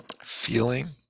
feeling